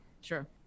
sure